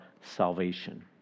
salvation